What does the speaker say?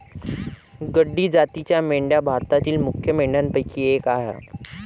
गड्डी जातीच्या मेंढ्या भारतातील मुख्य मेंढ्यांपैकी एक आह